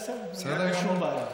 בסדר, אין לי שום בעיה.